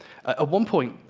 ah one point,